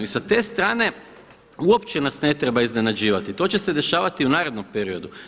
I sa te strane uopće nas ne treba iznenađivati, to će se dešavati u narednom periodu.